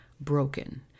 broken